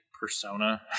Persona